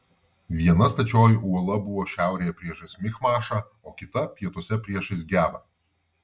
viena stačioji uola buvo šiaurėje priešais michmašą o kita pietuose priešais gebą